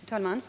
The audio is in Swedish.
Herr talman!